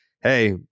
Hey